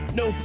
no